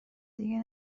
دیگه